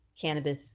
cannabis